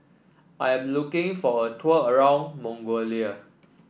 I am looking for a tour around Mongolia